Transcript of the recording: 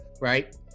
right